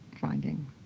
finding